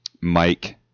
Mike